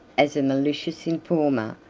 as a malicious informer,